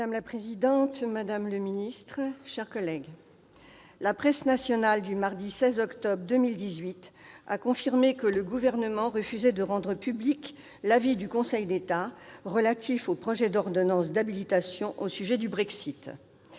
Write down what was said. Madame la présidente, madame la ministre, mes chers collègues, la presse nationale du mardi 16 octobre 2018 a confirmé que le Gouvernement refusait de rendre public l'avis du Conseil d'État relatif au projet d'ordonnances d'habilitation au sujet du Brexit.